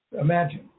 Imagine